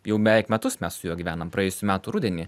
jau beveik metus mes su juo gyvenam praėjusių metų rudenį